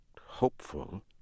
hopeful